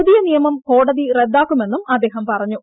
പുതിയ നിയമം കോടതി റദ്ദാക്കുമെന്നും അദ്ദേഹം പറഞ്ഞു